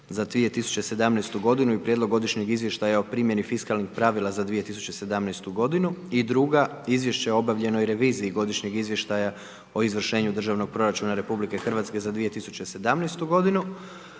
za 2017. godinu i prijedlog godišnjeg izvještaja o primjeni fiskalnih pravila za 2017. godinu - Izvješće o obavljenoj reviziji godišnjeg izvještaja o izvođenju državnog proračuna Republika Hrvatska za 2017. godinu